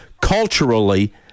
culturally